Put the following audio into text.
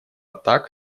так